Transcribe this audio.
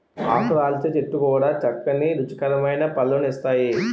ఆకురాల్చే చెట్లు కూడా చక్కని రుచికరమైన పళ్ళను ఇస్తాయి